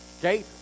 Okay